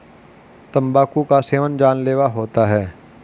तंबाकू का सेवन जानलेवा होता है